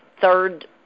third